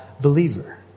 believer